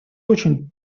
очень